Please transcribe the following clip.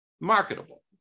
marketable